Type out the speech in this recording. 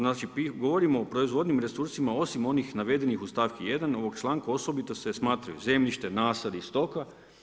Znači govorimo o proizvodnim resursima osim onih navedenih u st. 1. ovog članka, osobito se smatraju zemljište, nasadi i stoka.